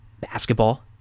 Basketball